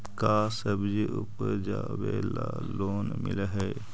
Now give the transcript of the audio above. का सब्जी उपजाबेला लोन मिलै हई?